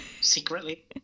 secretly